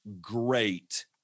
great